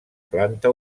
planta